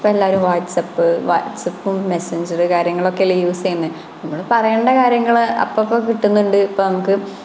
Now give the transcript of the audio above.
എല്ലാവരും വാട്ട്സ്അപ് വാട്ട്സപ്പും മെസഞ്ചറും കാര്യങ്ങളുമൊക്കെ അല്ലേ യൂസ് ചെയ്യുന്നത് നമ്മള് പറയേണ്ട കാര്യങ്ങള് അപ്പപ്പോൾ കിട്ടുന്നുണ്ട് ഇപ്പോൾ നമുക്ക്